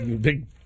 big